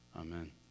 Amen